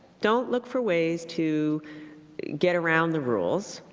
don't look for ways to get around the rules.